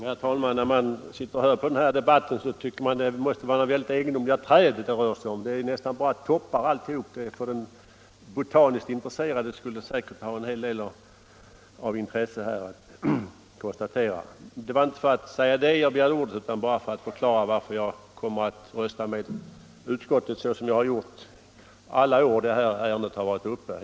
Herr talman! När man lyssnar på denna debatt får man en känsla av att det måste vara mycket egendomliga träd det här är fråga om. Det är nästan bara toppar alltihop. En botaniskt intresserad person skulle säkert kunna göra en hel del intressanta konstateranden. Men det var inte för att säga detta som jag begärde ordet utan för att förklara varför jag kommer att rösta med utskottet, som jag har gjort alla år tidigare när detta ärende har varit uppe.